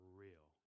real